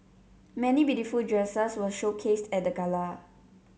many beautiful dresses were showcased at the gala